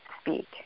speak